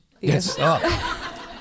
Yes